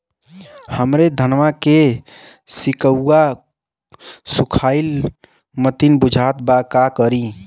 हमरे धनवा के सीक्कउआ सुखइला मतीन बुझात बा का करीं?